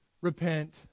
Repent